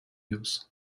news